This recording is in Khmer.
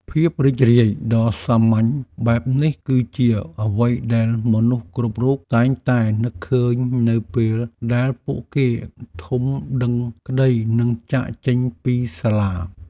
ភាពរីករាយដ៏សាមញ្ញបែបនេះគឺជាអ្វីដែលមនុស្សគ្រប់រូបតែងតែនឹកឃើញនៅពេលដែលពួកគេធំដឹងក្តីនិងចាកចេញពីសាលា។